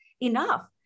enough